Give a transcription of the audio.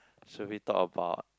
should be talk about